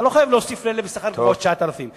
כי אתה לא חייב להוסיף ל-9,000 שקל.